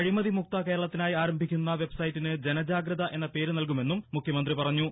അഴിമതിമുക്ത കേരളത്തിനായി ആരംഭിക്കുന്ന വെബ്സൈറ്റിന് ജനജാഗ്രത എന്ന പേര് നൽകുമെന്നും മുഖ്യമന്ത്രി പറഞ്ഞു